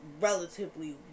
relatively